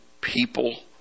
people